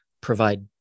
provide